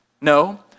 no